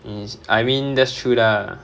is I mean that's true lah